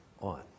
on